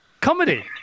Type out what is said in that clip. comedy